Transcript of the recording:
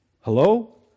Hello